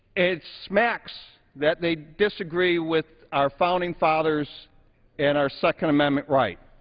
it smacks that they disagree with our founding fathers and our second amendment right.